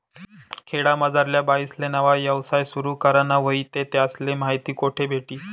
खेडामझारल्या बाईसले नवा यवसाय सुरु कराना व्हयी ते त्यासले माहिती कोठे भेटी?